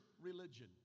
religion